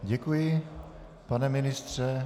Děkuji vám, pane ministře.